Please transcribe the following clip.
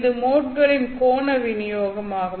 இது மோட்களின் கோண விநியோகம் ஆகும்